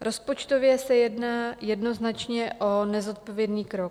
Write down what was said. Rozpočtově se jedná jednoznačně o nezodpovědný krok.